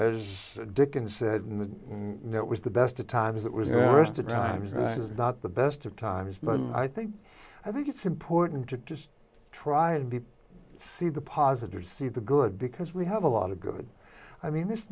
know as dickens said in the that was the best of times it was arrested times is not the best of times but i think i think it's important to just try and be see the positive see the good because we have a lot of good i mean this